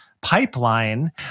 pipeline